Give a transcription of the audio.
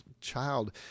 child